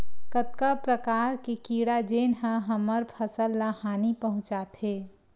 कतका प्रकार के कीड़ा जेन ह हमर फसल ल हानि पहुंचाथे?